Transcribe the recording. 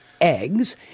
eggs